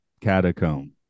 catacomb